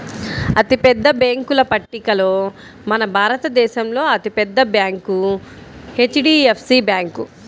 అతిపెద్ద బ్యేంకుల పట్టికలో మన భారతదేశంలో అతి పెద్ద బ్యాంక్ హెచ్.డీ.ఎఫ్.సీ బ్యాంకు